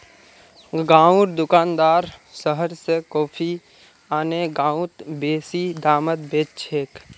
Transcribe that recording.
गांउर दुकानदार शहर स कॉफी आने गांउत बेसि दामत बेच छेक